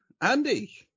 Andy